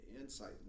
Insight